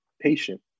patient